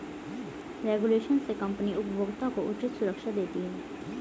regulation से company उपभोक्ता को उचित सुरक्षा देती है